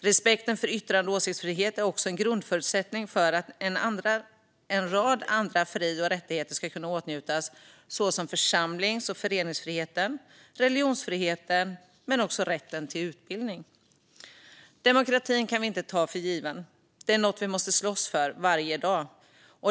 Respekten för yttrande och åsiktsfrihet är också en grundförutsättning för att en rad andra fri och rättigheter, såsom församlings och föreningsfriheten, religionsfriheten och rätten till utbildning, ska kunna åtnjutas. Demokratin kan vi inte ta för given - den är något vi måste slåss för varje dag.